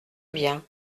bien